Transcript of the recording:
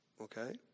Okay